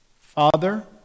Father